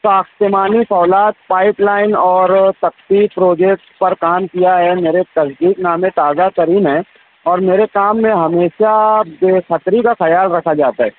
ساختمانی فولاد pipeline اور تکفی پروجیکٹ پر کام کیا ہے میرے تصدیق نامے تازہ ترین ہیں اور میرے کام میں ہمیشہ بے خطری کا خیال رکھا جاتا ہے